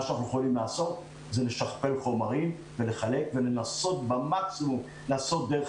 אנחנו יכולים לשכפל חומרים ולחלק ובמקסימום לעשות דברים דרך